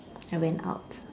I went out